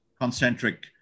concentric